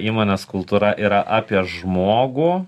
įmonės kultūra yra apie žmogų